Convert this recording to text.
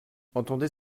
entendez